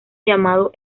llamado